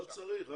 לא צריך.